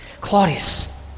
Claudius